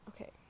Okay